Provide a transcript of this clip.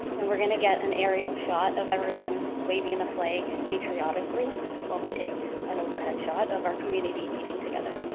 and we're going to get an aerial shot of everyone waving and a flag patriotically while we take an overhead shot of our community eating together.